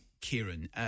Kieran